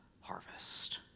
harvest